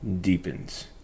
deepens